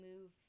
move